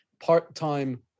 part-time